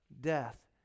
death